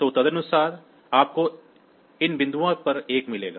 तो तदनुसार आपको इन बिंदुओं पर 1 मिलेगा